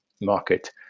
market